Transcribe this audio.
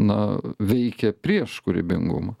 na veikia prieš kūrybingumą